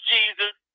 Jesus